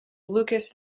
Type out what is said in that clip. lucas